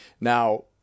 Now